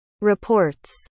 reports